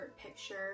picture